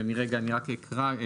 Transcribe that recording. רגע אני רק אקרא,